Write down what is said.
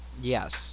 Yes